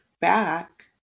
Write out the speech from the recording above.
back